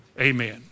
Amen